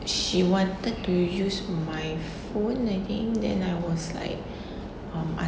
she wanted to use my phone I think then I was like um